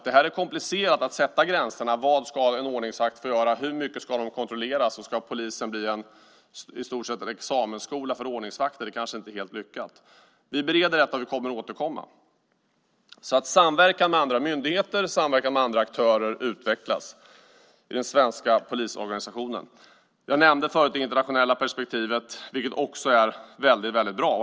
Det är komplicerat att sätta gränserna: Vad ska en ordningsvakt få göra? Hur mycket ska de kontrolleras? Ska polisen bli en examensskola för ordningsvakter? Det vore kanske inte helt lyckat. Vi bereder detta, och vi kommer att återkomma. Samverkan med andra myndigheter och aktörer utvecklas alltså i den svenska polisorganisationen. Jag nämnde förut det internationella perspektivet, vilket också är väldigt bra.